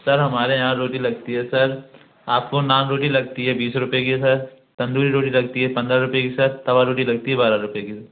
sir हमारे यहाँ रोटी लगती है सर आपको नान रोटी लगती है बीस रूपये की सर तंदूरी रोटी लगती है पंद्रह रूपये की सर तवा रोटी लगती है बारह रूपये की